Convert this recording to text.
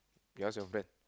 we ask your friend